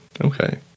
Okay